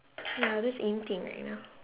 ya that's in thing right now